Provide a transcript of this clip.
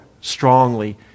strongly